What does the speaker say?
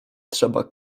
trzeba